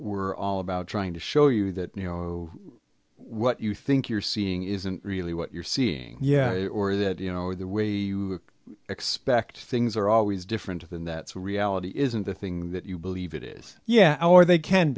were all about trying to show you that you know what you think you're seeing isn't really what you're seeing yeah or that you know the way you expect things are always different than that's reality isn't the thing that you believe it is yeah our they can